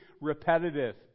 repetitive